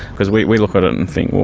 because we we look at it and think,